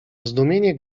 zdumienie